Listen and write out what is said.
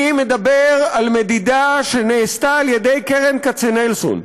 אני מדבר על מדידה שנעשתה על ידי קרן כצנלסון,